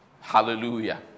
Hallelujah